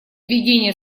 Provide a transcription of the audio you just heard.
введения